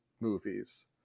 movies